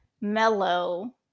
Mellow